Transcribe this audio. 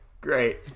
great